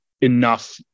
enough